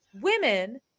women